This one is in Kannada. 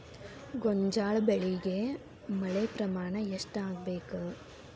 ಗೋಂಜಾಳ ಬೆಳಿಗೆ ಮಳೆ ಪ್ರಮಾಣ ಎಷ್ಟ್ ಆಗ್ಬೇಕ?